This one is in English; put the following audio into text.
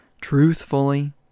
truthfully